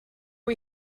are